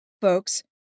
folks